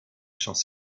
champs